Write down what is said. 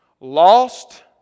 lost